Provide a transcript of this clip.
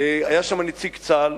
היה שם נציג צה"ל,